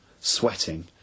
sweating